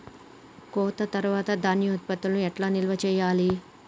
కోత తర్వాత ధాన్యం ఉత్పత్తులను ఎట్లా నిల్వ చేయాలి?